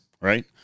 Right